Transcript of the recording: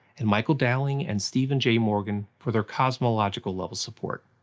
and michael dowling and steven j morgan for their cosmological level support.